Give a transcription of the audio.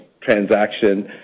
transaction